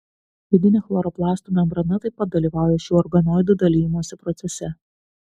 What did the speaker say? vidinė chloroplastų membrana taip pat dalyvauja šių organoidų dalijimosi procese